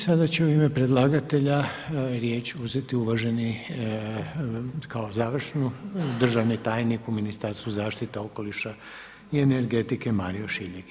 Sada će u ime predlagatelja riječ uzeti uvaženi kao završnu državni tajnik u Ministarstvu zaštite okoliša i energetike Mario Šiljeg.